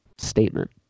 statement